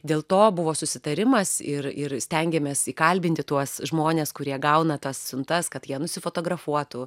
dėl to buvo susitarimas ir ir stengiamės įkalbinti tuos žmones kurie gauna tas siuntas kad jie nusifotografuotų